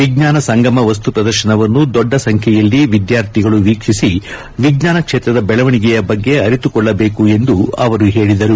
ವಿಜ್ಞಾನಸಂಗಮ ವಸ್ತು ಪ್ರದರ್ಶನವನ್ನು ದೊಡ್ಡ ಸಂಖ್ಯೆಯಲ್ಲಿ ವಿದ್ಯಾರ್ಥಿಗಳು ವೀಕ್ಷಿಸಿ ವಿಜ್ಞಾನ ಕ್ಷೇತ್ರದ ಬೆಳವಣಿಗೆಯ ಬಗ್ಗೆ ಅರಿತುಕೊಳ್ಳಬೇಕು ಎಂದು ಅವರು ಹೇಳಿದರು